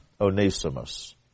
Onesimus